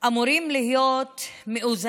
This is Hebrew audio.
אמורים להיות מאוזנים,